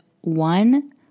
one